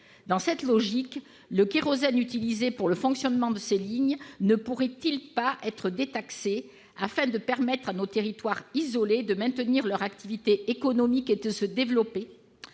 Dans cette logique, le kérosène utilisé pour le fonctionnement de ces lignes ne pourrait-il pas être détaxé, afin de permettre à nos territoires isolés de maintenir leur activité économique et de se développer ?